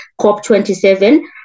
COP27